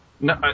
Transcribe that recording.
No